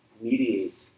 mediate